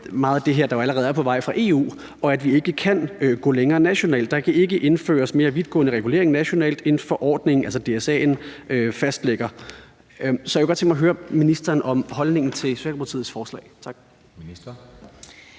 meget af det her allerede er på vej fra EU's side, og at vi ikke kan gå længere nationalt. Man skriver: Der kan ikke indføres mere vidtgående regulering nationalt, end forordningen, altså DSA'en, fastlægger. Så jeg kunne godt tænke mig at høre ministeren om holdningen til Socialdemokratiets forslag. Tak.